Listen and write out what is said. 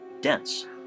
dense